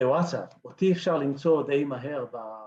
‫אהואסה, אותי אפשר למצוא די מהר ‫ב